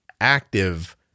active